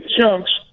chunks